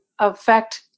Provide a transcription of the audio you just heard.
affect